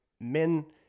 Men